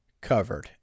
covered